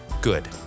good